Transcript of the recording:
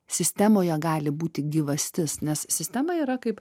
sistemoje gali būti gyvastis nes sistema yra kaip